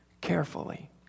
carefully